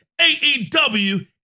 AEW